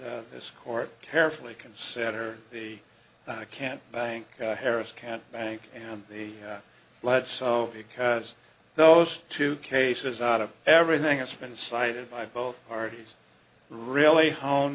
that this court carefully consider the i can't bank harris can't bank and the lead so because those two cases out of everything that's been cited by both parties really ho